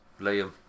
Liam